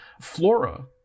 flora